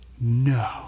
No